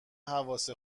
حواس